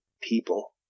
people